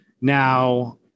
Now